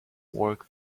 work